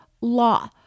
law